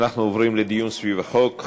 אנחנו עוברים לדיון סביב החוק.